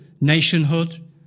nationhood